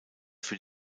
für